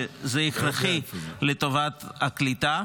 שזה הכרחי לטובת הקליטה,